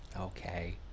Okay